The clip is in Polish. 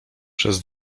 przez